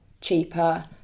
cheaper